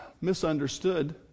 misunderstood